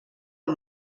del